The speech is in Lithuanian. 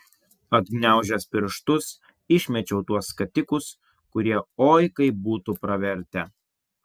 atgniaužęs pirštus išmečiau tuos skatikus kurie oi kaip būtų pravertę